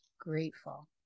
grateful